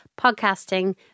podcasting